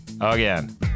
again